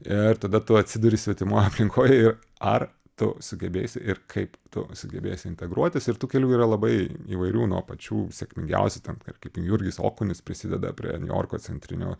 ir tada tu atsiduri svetimoj aplinkoj ir ar tu sugebėsi ir kaip tu sugebėsi integruotis ir tų kelių yra labai įvairių nuo pačių sėkmingiausių ten tarkim jurgis okunis prisideda prie niujorko centrinio